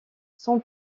son